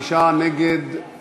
הפועלות בתחומי הטכנולוגיה העילית (היי-טק)